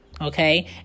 okay